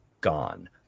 gone